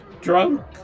drunk